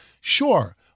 sure